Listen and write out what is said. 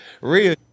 real